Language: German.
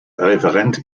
referent